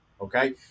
Okay